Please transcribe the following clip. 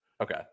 Okay